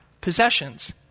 possessions